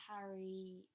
Harry